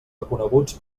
reconeguts